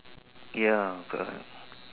ya correct